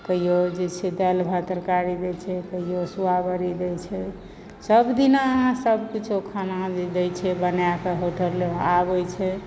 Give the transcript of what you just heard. कहिओ जे छै दालि भात तरकारी दैत छै कहिओ सुआबड़ी दैत छै सभ दिना अहाँ सभकिछु खाना दैत छै बनैक होटल आबैत छै